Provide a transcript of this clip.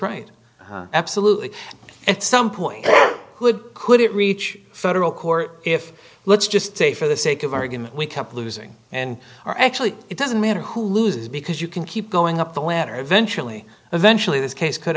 right absolutely at some point could could it reach federal court if let's just say for the sake of argument we kept losing and are actually it doesn't matter who loses because you can keep going up the ladder eventually eventually this case could